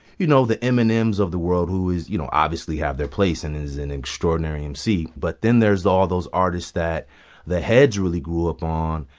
you know, the eminems of the world, who is you know, obviously have their place and is an extraordinary emcee. but then there's all those artists that the heads really grew up on,